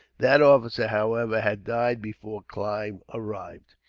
that officer, however, had died before clive arrived.